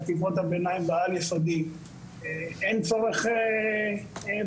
חטיבות הביניים והעל יסודי אין צורך בבדיקות.